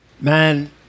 Man